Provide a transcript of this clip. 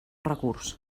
recurs